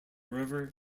river